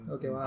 Okay